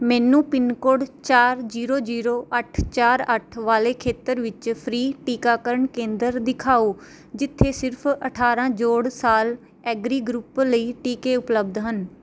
ਮੈਨੂੰ ਪਿਨਕੋਡ ਚਾਰ zero zero ਅੱਠ ਚਾਰ ਅੱਠ ਵਾਲੇ ਖੇਤਰ ਵਿੱਚ ਫ੍ਰੀ ਟੀਕਾਕਰਨ ਕੇਂਦਰ ਦਿਖਾਓ ਜਿੱਥੇ ਸਿਰਫ਼ ਅਠਾਰਾਂ ਜੋੜ ਸਾਲ ਐਗਰੀ ਗਰੁੱਪ ਲਈ ਟੀਕੇ ਉਪਲਬਧ ਹਨ